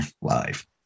live